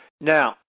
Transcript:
Now